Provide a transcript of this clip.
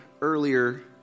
earlier